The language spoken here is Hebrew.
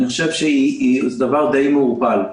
אני חושב שהוא דבר די מעורפל.